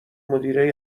مدیره